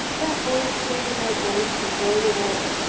that boy's taken our boat and rowed away.